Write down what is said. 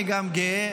אני גם גאה,